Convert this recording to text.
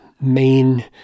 main